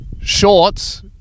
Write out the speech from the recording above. Shorts